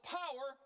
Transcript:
power